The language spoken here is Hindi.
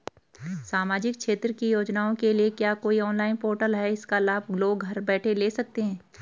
सामाजिक क्षेत्र की योजनाओं के लिए क्या कोई ऑनलाइन पोर्टल है इसका लाभ लोग घर बैठे ले सकते हैं?